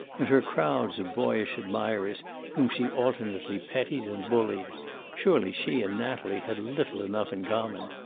and her crowds of boyish admirers whom she alternately petted and bullied surely she and natalie had little enough in common.